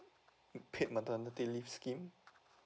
paid maternity leave scheme